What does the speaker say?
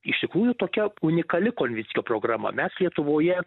iš tikrųjų tokia unikali konvickio programa mes lietuvoje